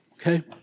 okay